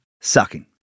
sucking